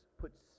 puts